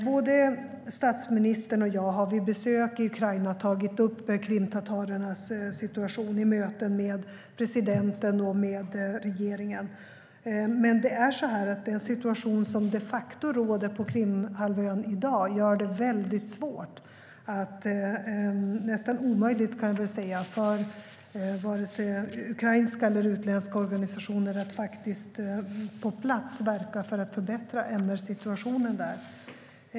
Både statsministern och jag har vid besök i Ukraina tagit upp krimtatarernas situation i möten med presidenten och regeringen. Men den situation som de facto råder på Krimhalvön i dag gör det mycket svårt - nästan omöjligt, kan jag väl säga - för både ukrainska och utländska organisationer att på plats verka för att förbättra MR-situationen där.